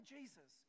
Jesus